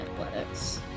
athletics